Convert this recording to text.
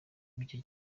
mike